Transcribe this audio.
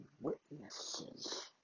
witnesses